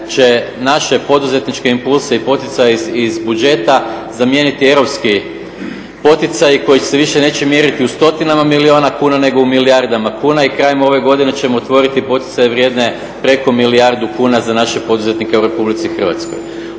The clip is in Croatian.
će naše poduzetničke impulse i poticaje iz buđeta zamijeniti europski poticaji koji se više neće mjeriti u stotinama milijuna kuna nego u milijardama kuna i krajem ove godine ćemo otvoriti poticaje vrijedne preko milijardu kuna za naše poduzetnike u Republici Hrvatskoj.